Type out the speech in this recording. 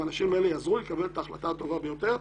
והאנשים האלה יעזרו לי לקבל את ההחלטה הטובה ביותר.